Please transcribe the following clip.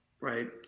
Right